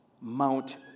Mount